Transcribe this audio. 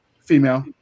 female